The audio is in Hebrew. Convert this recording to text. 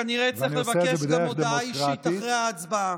אני כנראה אצטרך לבקש גם הודעה אישית אחרי ההצבעה.